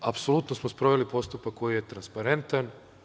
Apsolutno smo sproveli postupak koji je transparentan.